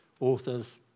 Authors